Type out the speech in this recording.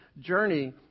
journey